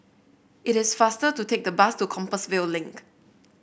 It is faster to take the bus to Compassvale Link